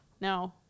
No